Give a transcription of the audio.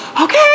okay